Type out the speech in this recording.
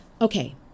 Okay